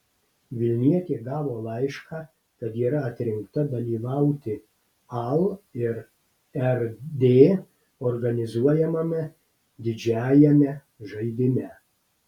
vilnietė gavo laišką kad yra atrinkta dalyvauti al ir rd organizuojamame didžiajame žaidime